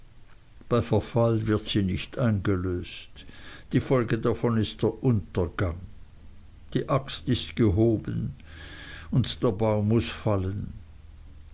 bei verfall wird sie nicht eingelöst die folge davon ist der untergang die axt ist gehoben und der baum muß fallen